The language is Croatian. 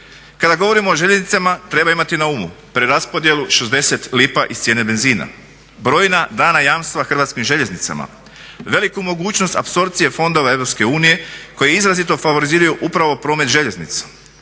Kada govorimo o željeznicama treba imati na umu preraspodjelu 60 lipa iz cijene benzina, brojna dana jamstva HŽ-u, veliku mogućnost apsorpcije fondova EU koji izrazito favoriziraju upravo promet željeznicom,